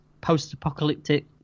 post-apocalyptic